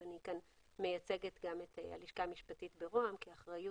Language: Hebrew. אני כאן מייצגת גם את הלשכה המשפטית במשרד